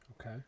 Okay